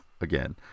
Again